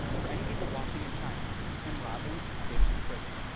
for any people watching in china, tim robbins escapes from prison.